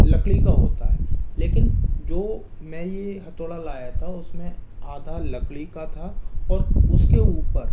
लकड़ी का होता है लेकिन जो मैं ये हथौड़ा लाया था उसमें आधा लकड़ी का था और उसके ऊपर